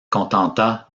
contenta